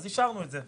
אז השארנו את זה.